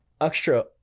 extra